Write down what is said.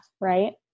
right